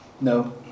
No